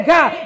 God